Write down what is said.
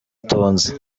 tonzi